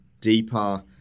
deeper